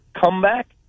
comeback